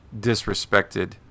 disrespected